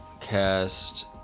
cast